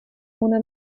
una